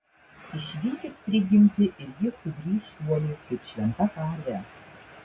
išvykit prigimtį ir ji sugrįš šuoliais kaip šventa karvė